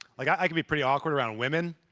like i can be pretty awkward around women,